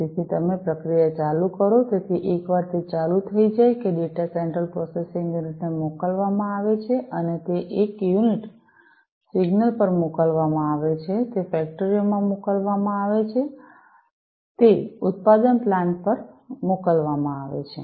તેથી તમે પ્રક્રિયા ચાલુ કરો તેથી એકવાર તે ચાલુ થઈ જાય કે ડેટા સેન્ટ્રલ પ્રોસેસિંગ યુનિટને મોકલવામાં આવે છે અને તે એક યુનિટ સિગ્નલ પર મોકલવામાં આવે છે તે ફેક્ટરીમાં મોકલવામાં આવે છે તે ઉત્પાદન પ્લાન્ટ પર મોકલવામાં આવે છે